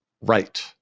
right